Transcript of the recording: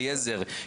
אליעזר.